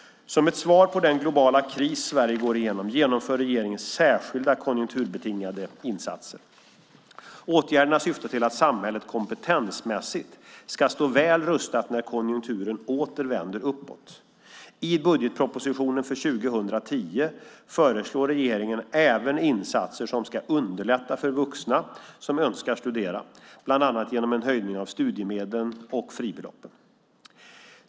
Som ett svar på den globala kris Sverige går igenom genomför regeringen särskilda konjunkturbetingade insatser. Åtgärderna syftar till att samhället kompetensmässigt ska stå väl rustat när konjunkturen åter vänder uppåt. I budgetpropositionen för 2010 föreslår regeringen även insatser som ska underlätta för vuxna som önskar studera, bland annat genom en höjning av studiemedlen och fribeloppen.